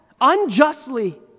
unjustly